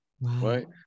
right